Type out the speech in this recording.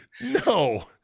no